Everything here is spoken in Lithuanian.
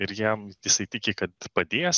ir jam jisai tiki kad padės